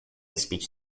speech